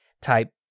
type